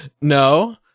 No